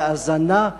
מההאזנה,